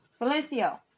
Silencio